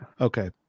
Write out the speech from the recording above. Okay